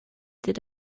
did